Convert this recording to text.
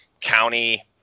county